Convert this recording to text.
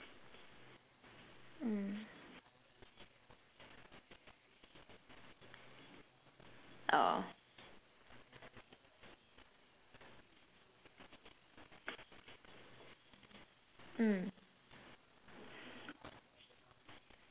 mm oh mm